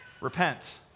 repent